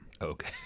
Okay